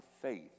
faith